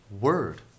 word